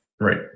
Right